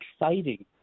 exciting